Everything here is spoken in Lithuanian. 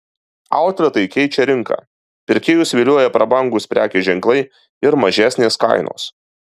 outletai keičia rinką pirkėjus vilioja prabangūs prekės ženklai ir mažesnės kainos